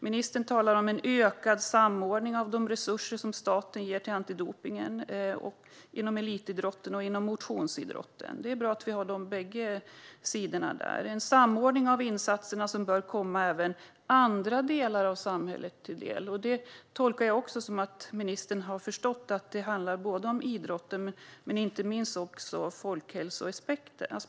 Ministern talar om ökad samordning av de resurser som staten ger till antidopningen, inom elitidrotten och inom motionsidrotten. Det är bra att bägge sidorna finns där. Hon säger att "det är en samordning av insatserna som bör komma även andra delar av samhället till del". Jag tolkar det som att ministern har förstått att det handlar om idrotten men också folkhälsoaspekten.